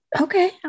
Okay